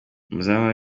muzamara